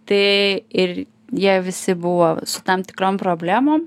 tai ir jie visi buvo su tam tikrom problemom